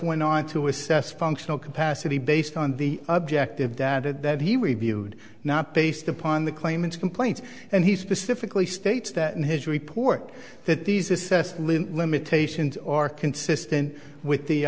went on to assess functional capacity based on the objective data that he reviewed not based upon the claimant's complaints and he specifically states that in his report that these assessment limitations or consistent with the